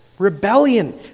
Rebellion